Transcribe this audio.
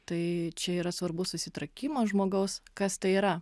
tai čia yra svarbus susitrakimas žmogaus kas tai yra